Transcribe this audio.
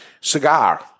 Cigar